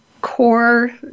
core